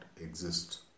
exist